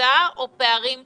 בתפיסה או פערים תקציביים?